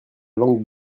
langue